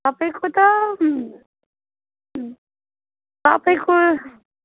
सबैको त तपाईँको